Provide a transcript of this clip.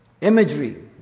Imagery